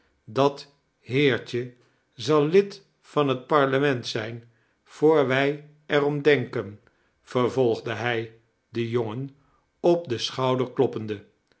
dat heertje zal lid van het parlement zijn voor wij er om denken vervolgde hij den jongen op den